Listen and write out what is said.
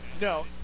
No